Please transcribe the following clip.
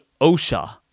OSHA